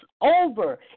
over